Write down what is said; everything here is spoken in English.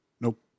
Nope